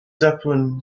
zeppelin